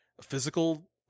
physical